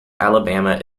alabama